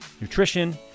nutrition